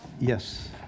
Yes